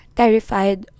terrified